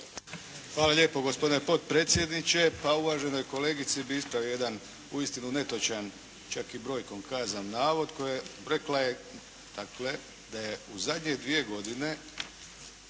Hvala lijepo gospodine potpredsjedniče. Pa uvaženoj kolegici bi ispravio jedan uistinu netočan, čak i brojkom kazan navod kojeg, rekla je dakle, da je u zadnje dvije godine